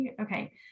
Okay